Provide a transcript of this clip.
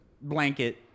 blanket